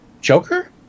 Joker